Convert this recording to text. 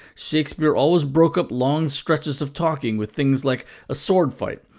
shakespeare always broke up long stretches of talking with things like a swordfight,